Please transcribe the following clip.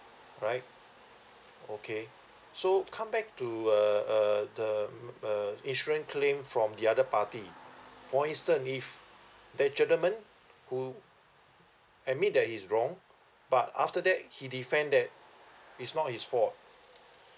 right okay so come back to uh the uh insurance claim from the other party for instance if that gentleman who admit that he is wrong but after that he defend that it's not his fault